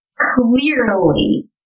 Clearly